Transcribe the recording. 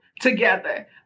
together